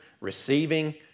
receiving